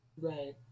Right